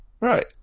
right